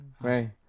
Hey